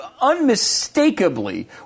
unmistakably